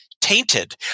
tainted